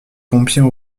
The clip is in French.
pompiers